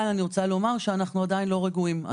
אבל אני רוצה לומר שאנחנו עדיין לא רגועים.